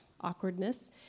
awkwardness